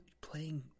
playing